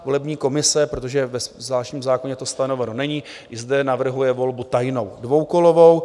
Volební komise, protože ve zvláštním zákoně to stanoveno není, i zde navrhuje volbu tajnou dvoukolovou.